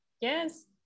yes